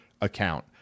account